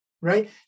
right